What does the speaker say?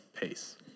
pace